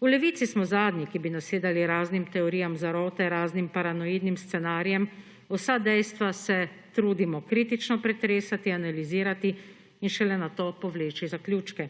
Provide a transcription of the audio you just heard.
V Levici smo zadnji, ki bi nasedali raznim teorijam zarote, raznim paranoidnim scenarijem. Vsa dejstva se trudimo kritično pretresati, analizirati in šele nato povleči zaključke.